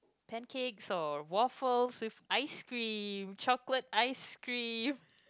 pancakes or waffles with ice cream chocolate ice cream